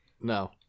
No